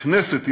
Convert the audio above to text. הכנסת,